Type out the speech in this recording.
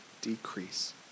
decrease